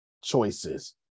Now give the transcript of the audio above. choices